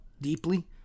deeply